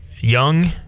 Young